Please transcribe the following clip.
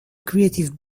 creative